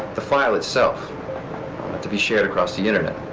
the file itself to be shared across the internet.